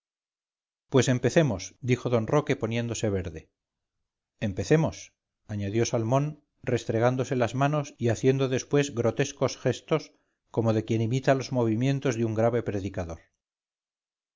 pues empecemos dijo d roque poniéndose verde empecemos añadió salmón restregándose las manos y haciendo después grotescos gestos como de quien imita los movimientos de un grave predicador